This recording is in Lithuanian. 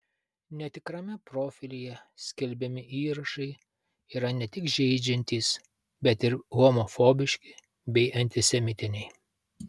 netikrame profilyje skelbiami įrašai yra ne tik žeidžiantys bet ir homofobiški bei antisemitiniai